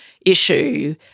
issue